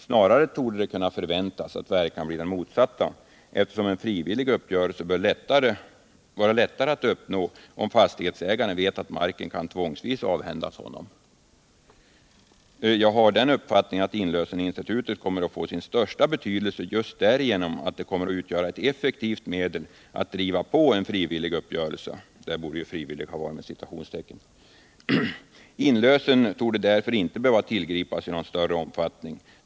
Snarare torde det kunna förväntas att verkan blir den motsatta, eftersom en frivillig uppgörelse bör vara lättare att uppnå om fastighetsägaren vet att marken kan tvångsvis avhändas honom. Jag har den uppfattningen att inlöseninstitutet kommer att få sin största betydelse just därigenom att det kommer att utgöra ett effektivt medel att driva på en frivillig uppgörelse.” — Där borde ordet frivillig ha stått med citationstecken omkring. —”Inlösen torde därför inte behöva tillgripas i någon större omfattning.